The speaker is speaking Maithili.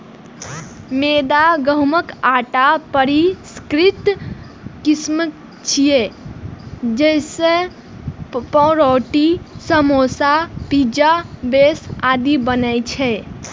मैदा गहूंमक आटाक परिष्कृत किस्म छियै, जइसे पावरोटी, समोसा, पिज्जा बेस आदि बनै छै